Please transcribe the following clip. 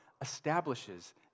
establishes